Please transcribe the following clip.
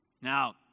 Now